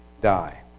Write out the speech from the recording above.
die